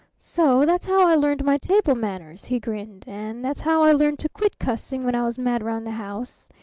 so that's how i learned my table manners, he grinned, and that's how i learned to quit cussing when i was mad round the house,